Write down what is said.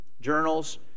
journals